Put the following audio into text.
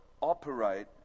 operate